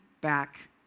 back